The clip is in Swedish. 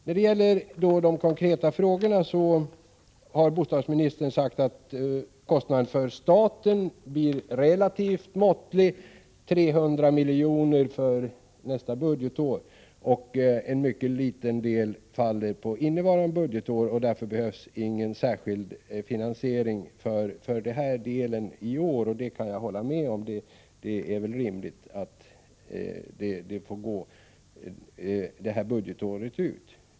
När det gäller de konkreta frågorna har bostadsministern bl.a. sagt att kostnaderna för staten blir relativt måttliga. Kostnaden för nästa budgetår blir 300 milj.kr. En mycket liten del faller på innevarande budgetår, och därför behövs ingen särskild finansiering för denna del i år — jag kan hålla med om att detta är rimligt.